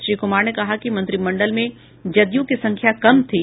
श्री कुमार ने कहा कि मंत्रिमंडल मे जदयू की संख्या कम थी